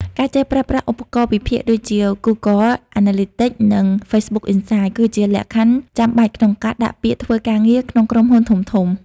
ការចេះប្រើប្រាស់ឧបករណ៍វិភាគដូចជា Google Analytics និង Facebook Insights គឺជាលក្ខខណ្ឌចាំបាច់ក្នុងការដាក់ពាក្យធ្វើការងារក្នុងក្រុមហ៊ុនធំៗ។